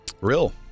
Real